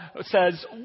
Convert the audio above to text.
says